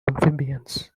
amphibians